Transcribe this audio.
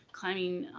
climbing